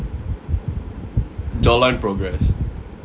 jaw line progress